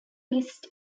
list